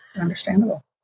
understandable